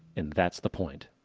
and that's the point.